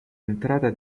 entrata